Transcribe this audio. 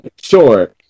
Sure